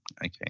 Okay